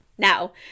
Now